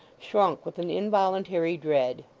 shrunk with an involuntary dread.